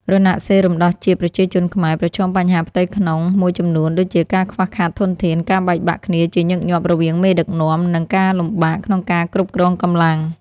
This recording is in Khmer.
រណសិរ្សរំដោះជាតិប្រជាជនខ្មែរ ប្រឈមបញ្ហាផ្ទៃក្នុងមួយចំនួនដូចជាការខ្វះខាតធនធាន ការបែកបាក់គ្នាជាញឹកញាប់រវាងមេដឹកនាំ និងការលំបាកក្នុងការគ្រប់គ្រងកម្លាំង។